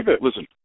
Listen